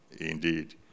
indeed